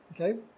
okay